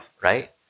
right